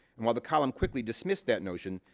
and while the column quickly dismissed that notion,